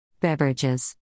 Beverages